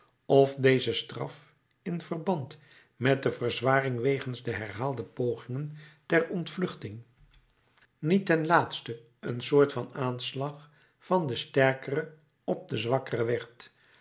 of deze straf in verband met de verzwaring wegens de herhaalde pogingen ter ontvluchting niet ten laatste een soort van aanslag van den sterkere op den zwakkere werd